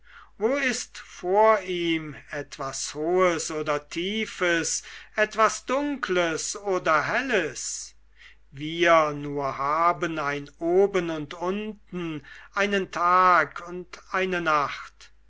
wo ist vor ihm etwas hohes oder tiefes etwas dunkles oder helles wir nur haben ein oben und unten einen tag und eine nacht